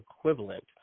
equivalent